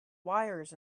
wires